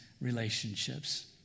relationships